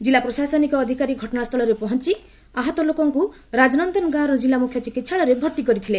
ଜିଲ୍ଲା ପ୍ରଶାସନିକ ଅଧିକାରୀ ଘଟଣାସ୍ଥଳରେ ପହଞ୍ଚ ଆହତ ଲୋକଙ୍କୁ ରାଜନନ୍ଦନ ଗାଁର ଜିଲ୍ଲା ମୁଖ୍ୟ ଚିକିତ୍ସାଳୟରେ ଭର୍ତ୍ତି କରିଥିଲେ